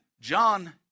John